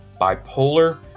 bipolar